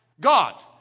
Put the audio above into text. God